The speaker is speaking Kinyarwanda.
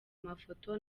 mafoto